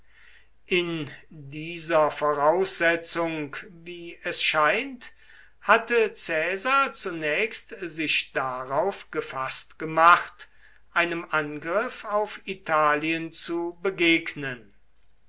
in dieser voraussetzung wie es scheint hatte caesar zunächst sich darauf gefaßt gemacht einem angriff auf italien zu begegnen